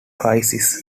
crisis